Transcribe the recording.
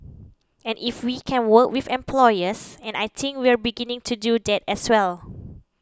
and if we can work with employers and I think we're beginning to do that as well